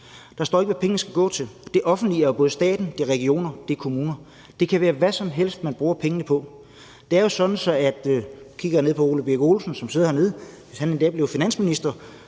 Der står ikke, hvad pengene skal gå til. Det offentlige er jo både staten, regioner og kommuner. Det kan være, hvad som helst man bruger pengene på. Det er jo sådan, at hvis hr. Ole Birk Olesen – som sidder dernede – en dag blev finansminister,